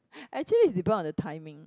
actually is depend on the timing